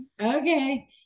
Okay